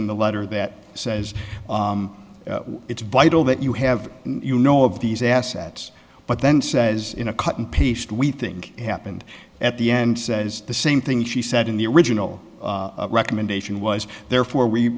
in the letter that says it's vital that you have you know of these assets but then says in a cut and paste we think happened at the end says the same thing she said in the original recommendation was therefore we